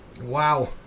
Wow